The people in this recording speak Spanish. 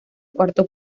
cuarto